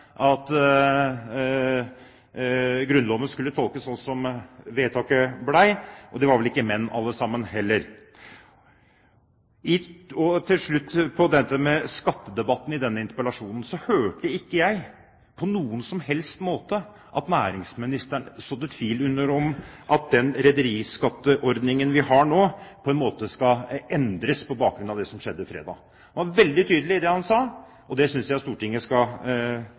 Grunnloven skulle tolkes sånn som vedtaket ble, og de var vel ikke menn alle sammen, heller. Til slutt til dette med skattedebatten i denne interpellasjonen. Jeg hørte ikke på noen som helst måte at næringsministeren sådde tvil om den rederiskatteordningen vi har nå, og sa at den skal endres på bakgrunn av det som skjedde på fredag. Det var veldig tydelig det han sa, og jeg syns faktisk Stortinget skal